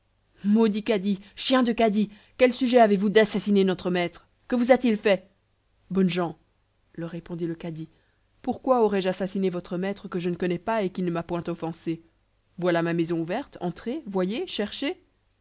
maudit cadi chien de cadi quel sujet avez-vous d'assassiner notre maître que vous a-t-il fait bonnes gens leur répondit le cadi pourquoi aurais-je assassiné votre maître que je ne connais pas et qui ne m'a point offensé voilà ma maison ouverte entrez voyez cherchez